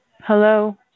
Hello